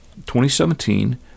2017